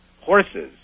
Horses